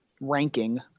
ranking